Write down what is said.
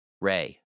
Ray